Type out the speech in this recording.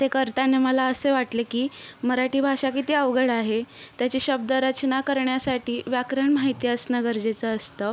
ते करताना मला असे वाटले की मराठी भाषा किती अवघड आहे त्याची शब्दरचना करण्यासाठी व्याकरण माहिती असणं गरजेचं असतं